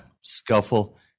scuffle